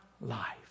life